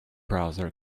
browser